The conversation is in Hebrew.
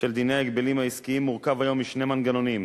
של דיני ההגבלים העסקיים מורכב היום משני מנגנונים,